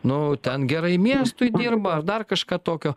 nu ten gerai miestui dirba ar dar kažką tokio